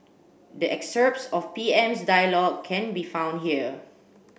the excerpts of PM's dialogue can be found here